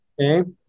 Okay